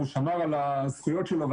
הוא גם שמר על הזכויות שלו,